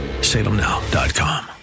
Salemnow.com